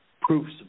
proofs